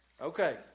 Okay